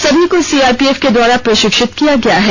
सभी को सीआरपीएफ के द्वारा प्रशिक्षित किया गया है